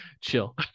Chill